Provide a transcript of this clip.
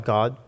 God